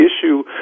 issue